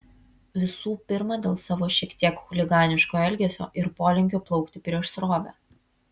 visų pirma dėl savo šiek tiek chuliganiško elgesio ir polinkio plaukti prieš srovę